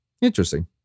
Interesting